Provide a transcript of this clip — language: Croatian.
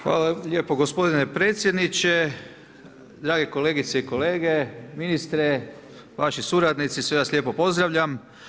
Hvala lijepo gospodine predsjedniče, drage kolegice i kolege, ministre, vaši suradnici, sve vas lijepo pozdravljam.